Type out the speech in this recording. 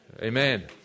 Amen